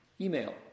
email